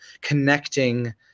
connecting